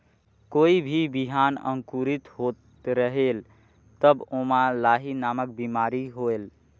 कोई भी बिहान अंकुरित होत रेहेल तब ओमा लाही नामक बिमारी होयल?